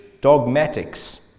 dogmatics